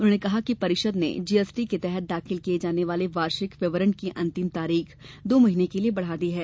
उन्होंने कहा कि परिषद ने जीएसटी के तहत दाखिल किए जाने वाले वार्षिक विवरण की अंतिम तारीख दो महीने के लिए बढ़ा दी है